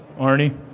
Arnie